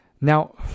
Now